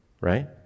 right